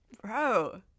Bro